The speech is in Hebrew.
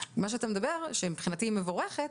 מה שאתה מדבר ושמבחינתי היא מבורכת,